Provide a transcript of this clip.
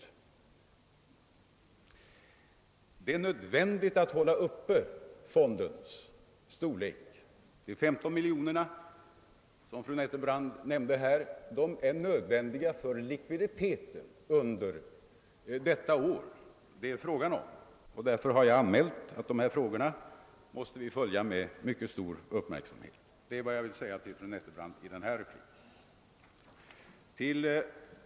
Det är nödvändigt att upprätthålla fondens storlek. De 15 miljoner kronor som fru Nettelbrandt nämnde är nödvändiga för likviditeten under detta år. Därför har jag betonat att vi måste följa dessa frågor med mycket stor uppmärksamhet. — Det är vad jag vill säga till fru Nettelbrandt i denna replik.